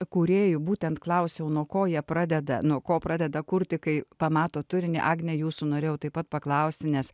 kūrėjų būtent klausiau nuo ko jie pradeda nuo ko pradeda kurti kai pamato turinį agne jūsų norėjau taip pat paklausti nes